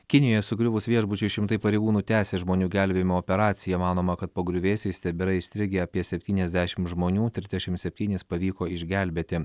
kinijoje sugriuvus viešbučiui šimtai pareigūnų tęsia žmonių gelbėjimo operaciją manoma kad po griuvėsiais tebėra įstrigę apie septyniasdešim žmonių trisdešimt septynis pavyko išgelbėti